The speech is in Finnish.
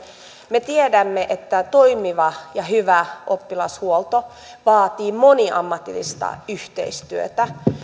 me tiedämme että toimiva ja hyvä oppilashuolto vaatii moniammatillista yhteistyötä